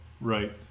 right